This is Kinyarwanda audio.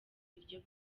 ibiryo